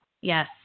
Yes